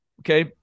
okay